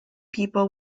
people